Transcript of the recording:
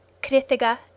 Krithiga